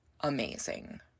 amazing